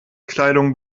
kleidung